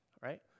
right